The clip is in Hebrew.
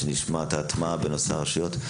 ונשמע לגבי ההטמעה ברשויות.